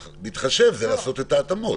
"בהתחשב" זה לעשות את ההתאמות.